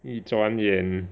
一转眼